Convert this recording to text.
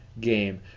game